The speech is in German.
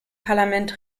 parlament